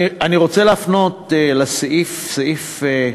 אני רוצה להפנות לסעיף 2,